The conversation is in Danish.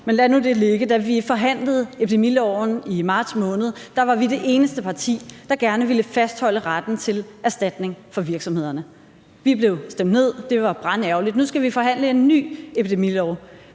men lad nu det ligge. Da vi forhandlede epidemiloven i marts måned, var vi det eneste parti, der gerne ville fastholde retten til erstatning for virksomhederne. Vi blev stemt ned. Det var brandærgerligt. Nu skal vi forhandle en ny epidemilov.